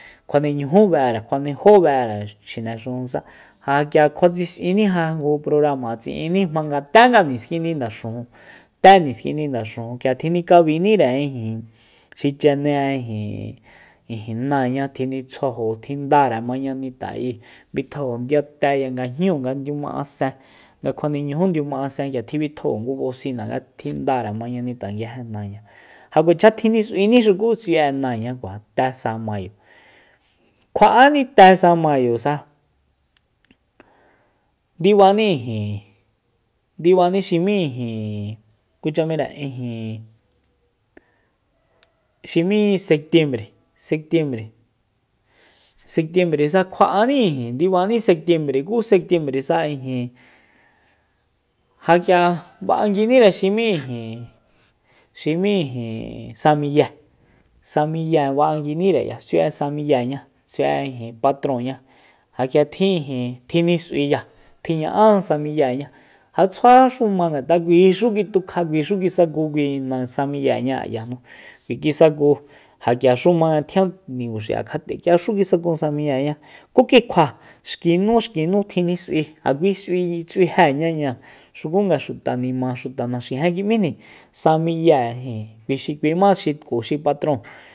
Kjuane ñujú be'ere kjuane jó be'ere chjine xujunsa ja k'ia kjua tsis'uinija ngu programa tsi'iní jmanga ténga niskindi ndaxujun té niskindi ndaxujun tjinikabinire xi chine ijin- ijin náañá tjinitsjuajo tjindare mañanita'e bitjajo ndiyateya nga jñúu nga ndiuma'asen nga kjuaneñujú ndiuma'asen k'ia tjibitjajo ngu bosina nga tjindare mañanita nga nguije náana ja kuacha tjinis'uini xuku s'ui'e náaña kuajande te sa mayo kjua'áni te sa mayosa ndibani ijin ndibani xi m'í kucha m'íre ijin xi m'í sectiembre- sectiembre- sectiembresa kjua'áni ndibani sectiembresa ijin ja k'ia ba'anguinire xi m'í ijin xi m'í ijin sa miyée sa miye ba'anguiníre k'ia s'ui'e samiyeñá s'ui'e ijin patroñá ja k'ia tjinis'uiya tjiña'á samiyéya ja tsjuaxu ma ngat'a k'uixu kitukja k'uixu kisaku kui nasamiyeña ayajnu k'ui kisaku ja k'iaxu jmanga tjian ninguxi'e kjat'e ja k'iaxu kisaku sa miyeñá ku kikjua xkinu xkinu tjin s'ui ja kui tsi s'ui s'uijéñaya xuku xuta nima xuta naxijen kim'íjni sa miye ijin kui xi kuima xi tku xi patron